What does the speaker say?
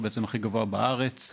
הכי גבוה בארץ.